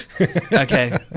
Okay